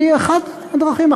היא אחת הדרכים,